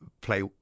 Play